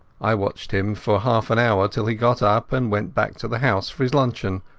i watched him for half an hour, till he got up and went back to the house for his luncheon,